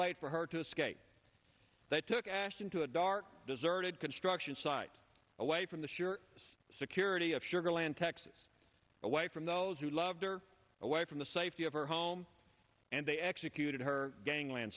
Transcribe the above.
late for her to escape they took ash into a dark deserted construction site away from the sure security of sugar land texas away from those who loved her away from the safety of her home and they executed her gangland